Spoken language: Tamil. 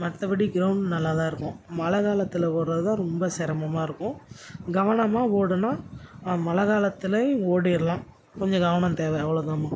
மற்றபடி க்ரௌண்ட் நல்லா தான் இருக்கும் மழை காலத்தில் ஓடுறது தான் ரொம்ப சிரமமா இருக்கும் கவனமாக ஓடினா மழை காலத்துலையும் ஓடிடலாம் கொஞ்சம் கவனம் தேவை அவ்வளோ தாம்மா